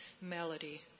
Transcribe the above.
melody